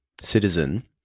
citizen